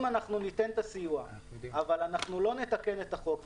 אם ניתן את הסיוע אבל לא נתקן את החוק,